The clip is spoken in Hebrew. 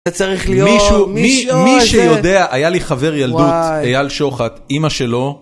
זה צריך להיות מישהו, מי שיודע, היה לי חבר ילדות, אייל שוחט, אימא שלו